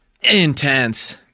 Intense